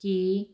ਕਿ